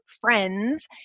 friends